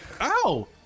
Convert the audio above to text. ow